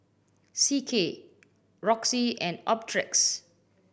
C K Roxy and Optrex